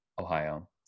Ohio